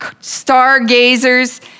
stargazers